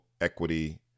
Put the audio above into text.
equity